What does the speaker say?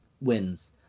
wins